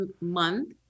Month